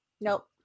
Nope